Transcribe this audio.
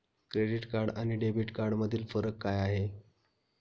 Credit card आणि debit कार्डमधील फरक काय आहे?